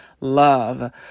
love